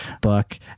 book